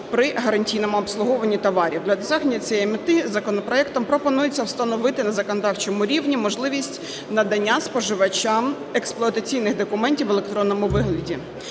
при гарантійному обслуговуванні товарів. Для досягнення цієї мети законопроектом пропонується встановити на законодавчому рівні можливість надання споживачам експлуатаційних документів в електронному вигляді.